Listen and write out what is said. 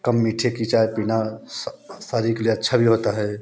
कम मीठे की चाय पीना शरीर के लिए अच्छा भी होता है